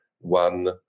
one